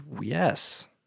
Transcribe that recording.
Yes